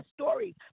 stories